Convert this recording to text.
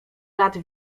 lat